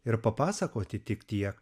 ir papasakoti tik tiek